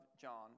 John